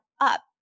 up